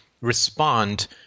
respond